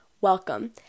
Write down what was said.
welcome